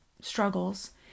struggles